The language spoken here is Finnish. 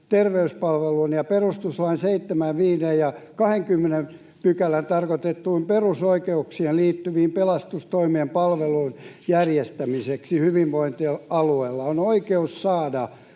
terveyspalvelujen tai perustuslain 7, 15 ja 20 §:ssä tarkoitettuihin perusoikeuksiin liittyvien pelastustoimen palvelujen järjestämisen, hyvinvointialueella on oikeus saada